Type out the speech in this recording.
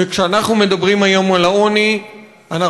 וכשאנחנו מדברים היום על העוני אנחנו